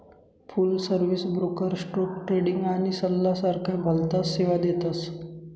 फुल service broker stock trading आणि सल्ला सारख्या भलताच सेवा देतस